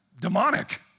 demonic